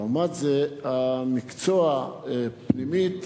לעומת זאת, המקצוע פנימית